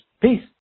Peace